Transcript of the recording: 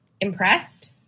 Impressed